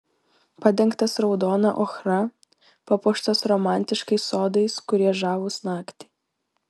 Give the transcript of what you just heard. padengtas raudona ochra papuoštas romantiškais sodais kurie žavūs naktį